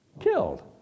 killed